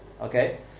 Okay